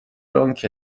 آنکه